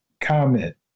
comment